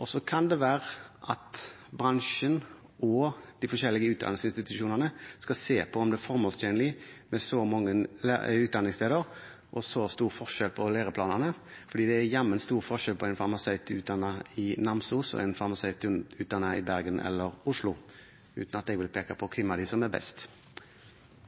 Det kan være at bransjen og de forskjellige utdanningsinstitusjonene skal se på om det er formålstjenlig med så mange utdanningssteder og så stor forskjell på læreplanene, for det er jammen stor forskjell på en farmasøyt utdannet i Namsos og en farmasøyt utdannet i Bergen eller i Oslo – uten at jeg vil peke på